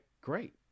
great